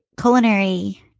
culinary